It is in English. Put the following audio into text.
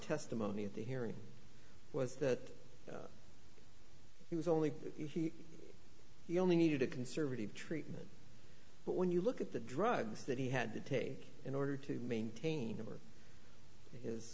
testimony at the hearing was that he was only he he only needed a conservative treatment but when you look at the drugs that he had to take in order to maintain